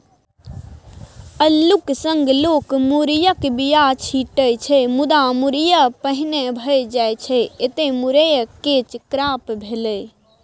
अल्लुक संग लोक मुरयक बीया छीटै छै मुदा मुरय पहिने भए जाइ छै एतय मुरय कैच क्रॉप भेलै